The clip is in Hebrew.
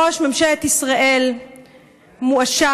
ראש ממשלת ישראל מואשם,